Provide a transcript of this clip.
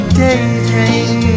daydream